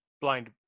blind